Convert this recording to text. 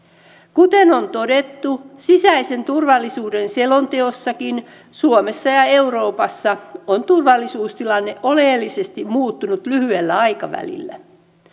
kuten on todettu sisäisen turvallisuuden selonteossakin suomessa ja euroopassa on turvallisuustilanne oleellisesti muuttunut lyhyellä aikavälillä